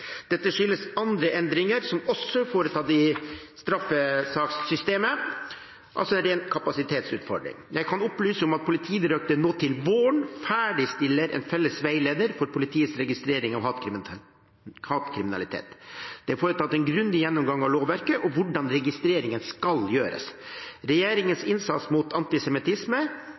Dette skyldes andre endringer som også er foretatt i straffesakssystemet, altså en ren kapasitetsutfordring. Jeg kan opplyse om at Politidirektoratet nå til våren ferdigstiller en felles veileder for politiets registrering av hatkriminalitet. Det er foretatt en grundig gjennomgang av lovverket og hvordan registreringen skal gjøres. Regjeringens innsats mot antisemittisme